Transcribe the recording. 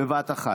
בבת אחת.